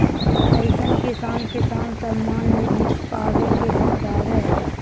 कईसन किसान किसान सम्मान निधि पावे के हकदार हय?